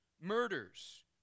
murders